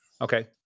Okay